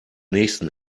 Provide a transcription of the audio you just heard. nächsten